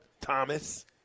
Thomas